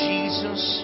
Jesus